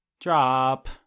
Drop